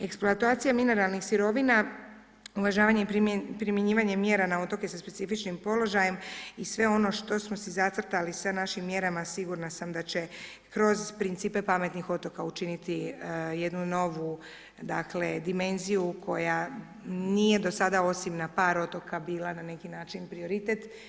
Eksploatacija mineralnih sirovina, uvažavanje i primjenjivanje mjera na otoke sa specifičnim položajem i sve ono što smo si zacrtali sa našim mjerama sigurna sam da će kroz principe pametnih otoka učiniti jednu novu dakle dimenziju koja nije do sada osim na par otoka bila na neki način prioritet.